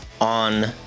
on